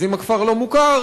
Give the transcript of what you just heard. אז אם הכפר לא-מוכר,